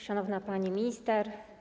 Szanowna Pani Minister!